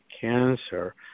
cancer